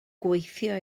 gweithio